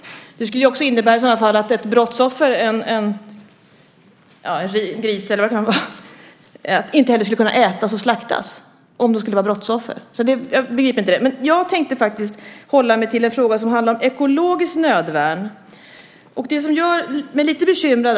Det skulle i så fall också innebära att en gris eller vad det kan vara inte skulle kunna slaktas och ätas om den var ett brottsoffer. Jag begriper inte detta. Jag tänkte dock hålla mig till frågan om ekologiskt nödvärn. Där är jag lite bekymrad.